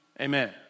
Amen